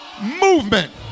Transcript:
Movement